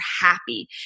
happy